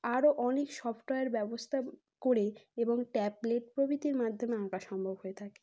আরও অনেক সফ্টওয়্যার ব্যবস্থা করে এবং ট্যাবলেট প্রভৃতির মাধ্যমে আঁকা সম্ভব হয়ে থাকে